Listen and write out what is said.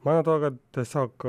man atrodo kad tiesiog